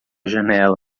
janela